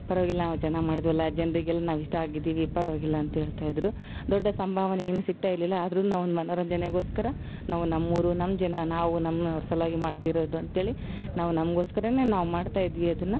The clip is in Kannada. ಪರವಾಗಿಲ್ಲ ಚೆನ್ನಾಗ್ ಮಾಡಿದ್ವಲ್ಲ ಜನರಿಗೆಲ್ಲ ನಾವು ಇಷ್ಟ ಆಗಿದ್ದಿವಿ ಪರವಾಗಿಲ್ಲ ಅಂತ ಹೇಳ್ತಾಯಿದ್ರು ದೊಡ್ಡ ಸಂಭಾವನೆಯೇನು ಸಿಕ್ತಾಯಿರಲಿಲ್ಲ ಆದರೂ ನಾವು ಒಂದು ಮನೋರಂಜನೆಗೋಸ್ಕರ ನಾವು ನಮ್ಮೂರು ನಮ್ಮ ಜನ ನಾವು ನಮ್ಮವ್ರು ಸಲುವಾಗಿ ಮಾಡ್ತಿರೋದು ಅಂತೇಳಿ ನಾವು ನಮ್ಗೋಸ್ಕರ ನಾವು ಮಾಡ್ತಾಯಿದ್ವಿ ಅದನ್ನು